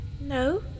No